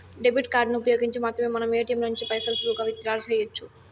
debit కార్డులను ఉపయోగించి మాత్రమే మనం ఏటియంల నుంచి పైసలు సులువుగా విత్ డ్రా సెయ్యొచ్చు